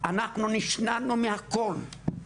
שללו מאיתנו הכול,